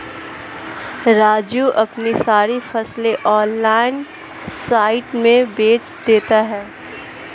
राजू अपनी सारी फसलें ऑनलाइन साइट से बेंच देता हैं